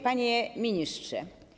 Panie Ministrze!